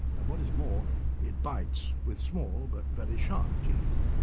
and what is more it bites with small but very sharp teeth.